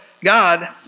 God